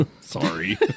Sorry